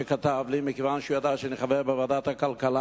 שכתב לי משום שהוא ידע שאני חבר בוועדת הכלכלה,